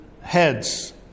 heads